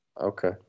Okay